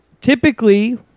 Typically